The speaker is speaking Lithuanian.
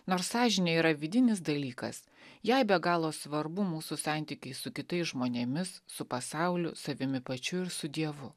nors sąžinė yra vidinis dalykas jei be galo svarbu mūsų santykiai su kitais žmonėmis su pasauliu savimi pačiu ir su dievu